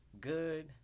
good